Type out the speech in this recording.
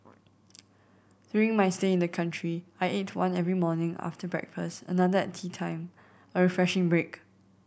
during my stay in the country I ate one every morning after breakfast and another at teatime a refreshing break